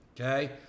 okay